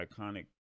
iconic